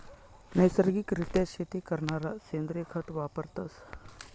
नैसर्गिक रित्या शेती करणारा सेंद्रिय खत वापरतस